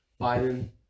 Biden